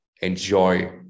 enjoy